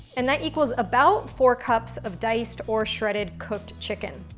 and that equals about four cups of diced or shredded cooked chicken.